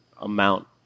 amount